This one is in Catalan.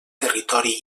territori